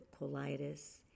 colitis